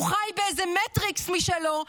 הוא חי באיזה מטריקס משלו,